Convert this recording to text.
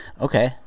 Okay